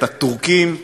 את הטורקים,